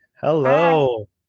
Hello